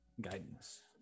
guidance